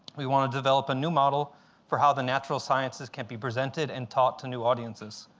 we want to develop a new model for how the natural sciences can be presented and taught to new audiences.